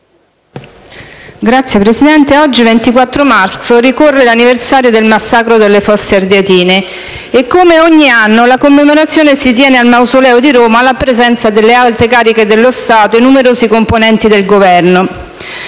Signor Presidente, oggi, 24 marzo, ricorre l'anniversario del massacro delle Fosse Ardeatine. Come ogni anno, la commemorazione si tiene al Mausoleo di Roma, alla presenza delle alte cariche dello Stato e numerosi componenti del Governo.